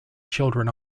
children